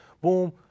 Boom